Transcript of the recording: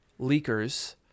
leakers